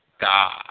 god